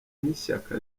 n’ishyaka